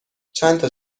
چندتا